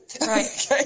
right